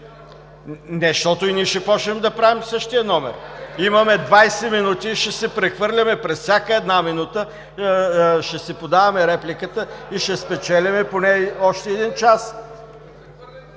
Иначе и ние ще започнем да правим същия номер. Имаме 20 минути, ще се прехвърляме през всяка една минута, ще си подаваме репликите и ще спечелим поне още 1 час.